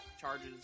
charges